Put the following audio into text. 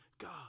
God